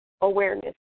awareness